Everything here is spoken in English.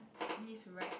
miss right